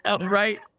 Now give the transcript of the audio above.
right